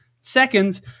seconds